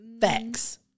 Facts